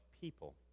people